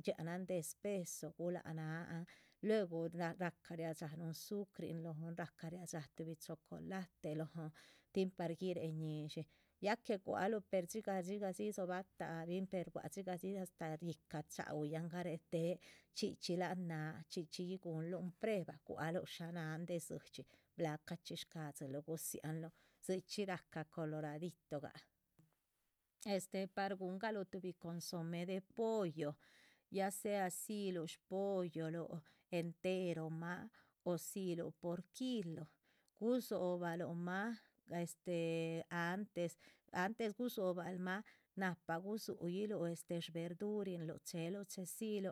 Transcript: dxiá nan de espeso gulac náhan luegu nah riacah riadxá núhun zu´crin lóhon rahca riadxá tuhbi chocolate lóhon tin par guiréh ñíshin ya que gua´c luh per dxigah. dzi dzohobah ta´bin per bua´c dxigah dzi astáh yíhca cháha uy ahn garetehe chxí chxí láhan náha, chxí chxí yih guhunluhn preba, gua´c luh shá náhan de dzídxi. blacah chxí shcadziluh gudzihanluhn dzichxí rahca coloradito gah este par guhungaluh tuhbi consomé de pollo, ya sea dzíluh shpolloluh enteromah o dzíluh por kilu. gudzobaluh mah este antes antes gudzobal mah nahpa gudzuyiluh shverdurinluh chéheluh chedziluh.